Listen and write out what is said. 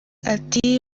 ati